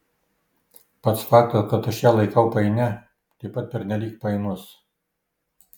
pats faktas kad aš ją laikau painia taip pat pernelyg painus